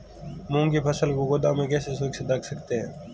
मूंग की फसल को गोदाम में कैसे सुरक्षित रख सकते हैं?